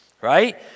right